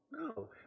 no